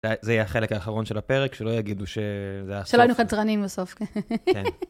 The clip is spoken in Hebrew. שזה יהיה החלק האחרון של הפרק, שלא יגידו שזה החלק. שלא יגידו שקרנים בסוף, כן.